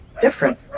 different